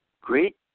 great